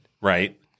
right